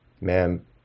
Ma'am